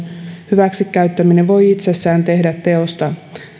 hyväksi käyttäminen voi itsessään tehdä teosta raiskauksen